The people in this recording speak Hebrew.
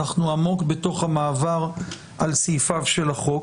אנחנו עמוק בתוך המעבר על סעיפיו של החוק.